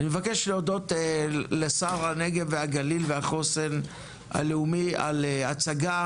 אני מבקש להודות לשר הנגב והגליל והחוסן הלאומי על הצגה